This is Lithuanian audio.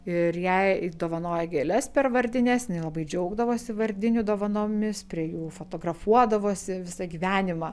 ir jai dovanoja gėles per vardines jinai labai džiaugdavosi vardinių dovanomis prie jų fotografuodavosi visą gyvenimą